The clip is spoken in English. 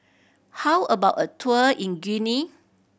how about a tour in Guinea